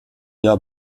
jahr